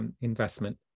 investment